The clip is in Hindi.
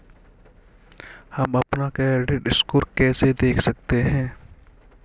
हम अपना क्रेडिट स्कोर कैसे देख सकते हैं?